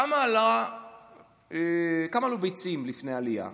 כמה עלו ביצים לפני העלייה?